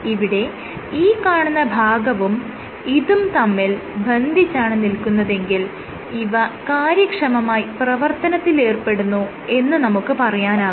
ഇവിടെ ഈ കാണുന്ന ഭാഗവും ഇതും തമ്മിൽ ബന്ധിച്ചാണ് നിൽക്കുന്നതെങ്കിൽ ഇവ കാര്യക്ഷമമായി പ്രവർത്തനത്തിലേർപ്പെടുന്നു എന്ന് നമുക്ക് പറയാനാകും